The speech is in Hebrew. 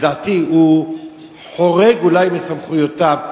לדעתי הוא חורג אולי מסמכויותיו.